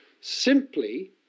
simply